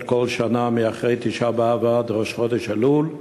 כל שנה אחרי ט' באב ועד ראש חודש אלול.